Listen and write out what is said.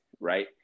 right